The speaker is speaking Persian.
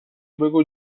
بگو